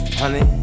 honey